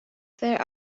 there